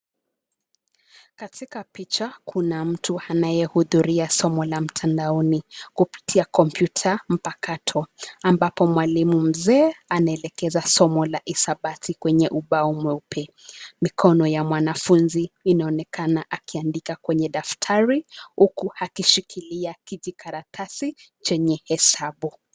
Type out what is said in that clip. Katika picha kuna mtu anayehudhruia somo la mtandaoni kupita kompyuta mpakato ambapo mwalimu mzee anaelekeza somo la hisabati kwenye ubao mweupe. Mikono ya mwanafunzi inaonekena akiandika kwenye daftari huku akishikia kijikaratasi chenye hesabu.